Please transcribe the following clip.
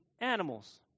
animals